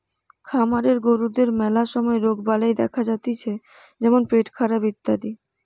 খামারের গরুদের ম্যালা সময় রোগবালাই দেখা যাতিছে যেমন পেটখারাপ ইত্যাদি